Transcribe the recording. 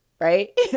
right